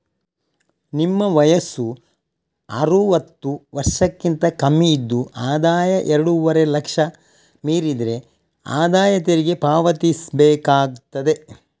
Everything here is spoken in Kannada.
ನಿಮ್ಮ ವಯಸ್ಸು ಅರುವತ್ತು ವರ್ಷಕ್ಕಿಂತ ಕಮ್ಮಿ ಇದ್ದು ಆದಾಯ ಎರಡೂವರೆ ಲಕ್ಷ ಮೀರಿದ್ರೆ ಆದಾಯ ತೆರಿಗೆ ಪಾವತಿಸ್ಬೇಕಾಗ್ತದೆ